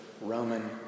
Roman